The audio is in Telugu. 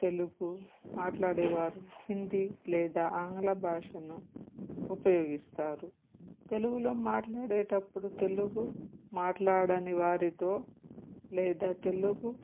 తెలుగు మాట్లాడేవారు హిందీ లేదా ఆంగ్ల భాషను ఉపయోగిస్తారు తెలుగులో మాట్లాడేటప్పుడు తెలుగు మాట్లాడని వారితో లేదా తెలుగు